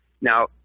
now